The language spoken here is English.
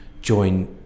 join